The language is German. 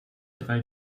drei